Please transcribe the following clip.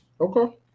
Okay